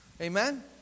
Amen